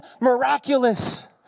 miraculous